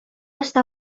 està